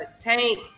Tank